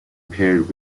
paired